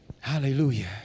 Hallelujah